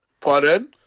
Pardon